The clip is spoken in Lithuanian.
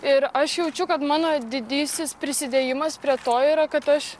ir aš jaučiu kad mano didysis prisidėjimas prie to yra kad aš